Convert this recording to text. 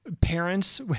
parents